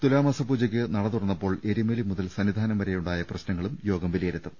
തുലാമാസ പൂജയ്ക്ക് നട തുറന്നപ്പോൾ എരുമേലി മുതൽ സന്നിധാനം വരെയുണ്ടായ പ്രശ്നങ്ങളും യോഗം വിലയിരുത്തും